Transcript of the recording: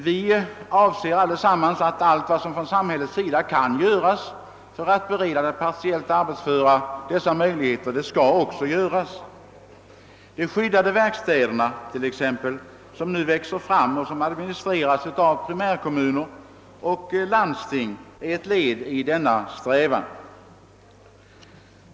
Vi anser alla att allt som kan göras från samhällets sida för att bereda de partiellt arbetsföra en meningsfylld sysselsättning också skall göras. De skyddade verkstäder som nu växer fram och administreras av primärkommuner och landsting är t.ex. ett led i denna strävan.